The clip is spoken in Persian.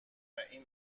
این